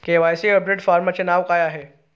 KYC update फॉर्मचे नाव काय आहे?